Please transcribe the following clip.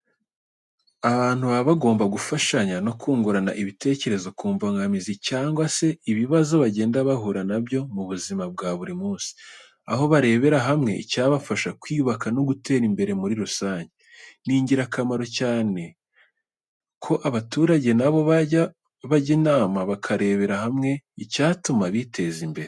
Abantu baba bagomba gufashanya no kungurana ibitekerezo ku mbogamizi cyangwa se ibibazo bagenda bahura na byo mu buzima bwa buri munsi, aho barebera hamwe icyabafasha kwiyubaka no gutera imbere muri rusange. Ni ingirakamaro cyane ko abaturage na bo bajya bajya inama bakarebera hamwe icyatuma biteza imbere.